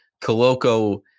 Coloco